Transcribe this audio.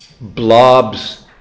Blobs